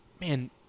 Man